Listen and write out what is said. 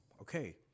okay